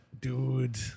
Dude